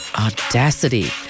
Audacity